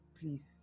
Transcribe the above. please